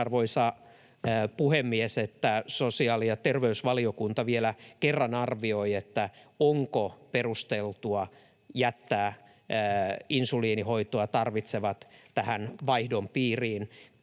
arvoisa puhemies, että sosiaali- ja terveysvaliokunta vielä kerran arvioi, onko perusteltua jättää insuliinihoitoa tarvitsevat tähän vaihdon piiriin.